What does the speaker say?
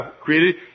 created